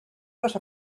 les